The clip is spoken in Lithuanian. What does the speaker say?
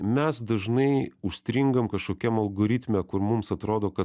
mes dažnai užstringam kažkokiam algoritme kur mums atrodo kad